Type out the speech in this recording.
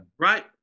right